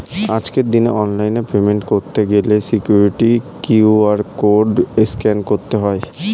আজকের দিনে অনলাইনে পেমেন্ট করতে গেলে সিকিউরিটি কিউ.আর কোড স্ক্যান করতে হয়